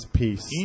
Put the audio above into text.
peace